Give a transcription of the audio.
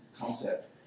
concept